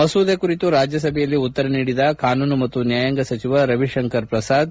ಮಸೂದೆ ಕುರಿತು ರಾಜ್ಯಸಭೆಯಲ್ಲಿ ಉತ್ತರ ನೀಡಿದ ಕಾನೂನು ಮತ್ತು ನ್ಲಾಯಾಂಗ ಸಚಿವ ರವಿಶಂಕರ್ ಪ್ರಸಾದ್